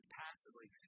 passively